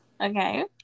Okay